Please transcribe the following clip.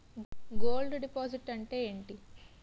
Gold deposit అంతే ఎంటి?